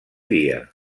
dia